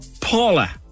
Paula